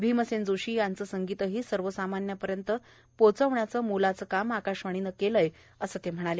भीमसेन जोशी यांचं संगीतही सर्वसामान्यांपर्यंत पोहोचवण्याचं मोलाचं काम आकाशवाणी न केलं असं सांगितलं